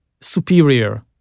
superior